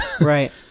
Right